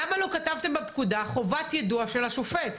למה לא כתבתם בפקודה חובת יידוע של השופט?